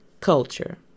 culture